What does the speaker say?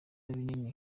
binini